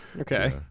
Okay